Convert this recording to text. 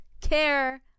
care